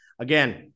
again